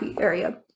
area